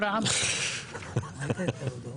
אני רק מעדכן,